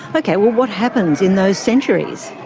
ok, well what happens in those centuries?